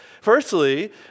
Firstly